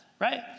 right